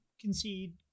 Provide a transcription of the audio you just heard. concede